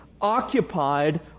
occupied